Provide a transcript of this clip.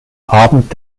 abend